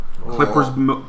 Clippers